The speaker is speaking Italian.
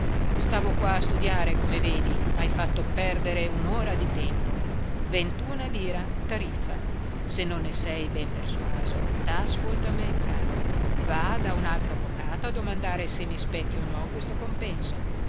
stavo qua a studiare come vedi m'hai fatto perdere un'ora di tempo ventuna lira tariffa se non ne sei ben persuaso da ascolto a me caro va da un altro avvocato a domandare se mi spetti o no questo compenso